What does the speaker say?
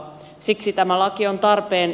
siksi tämä laki on tarpeen